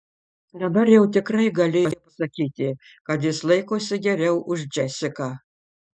dabar jau tikrai galėjo pasakyti kad jis laikosi geriau už džesiką